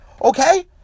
Okay